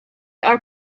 are